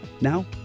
Now